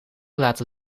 laten